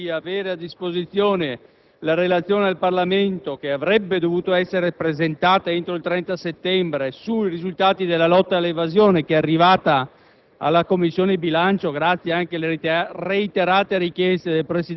lotta all'evasione. Tuttavia, non abbiamo avuto il piacere di avere a disposizione la relazione al Parlamento, che avrebbe dovuto essere presentata entro il 30 settembre scorso, sui risultati della lotta all'evasione, giunta